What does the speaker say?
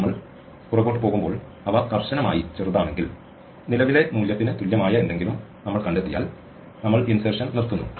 നമ്മൾ പുറകോട്ട് പോകുമ്പോൾ അവ കർശനമായി ചെറുതാണെങ്കിൽ നിലവിലെ മൂല്യത്തിന് തുല്യമായ എന്തെങ്കിലും നമ്മൾ കണ്ടെത്തിയാൽ നമ്മൾ ഇൻസെർഷൻ നിർത്തുന്നു